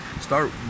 Start